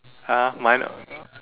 ah mine